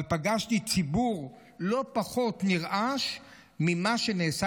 אבל פגשתי ציבור לא פחות נרעש ממה שנעשה